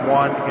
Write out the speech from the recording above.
one